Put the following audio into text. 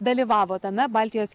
dalyvavo tame baltijos